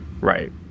Right